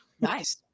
Nice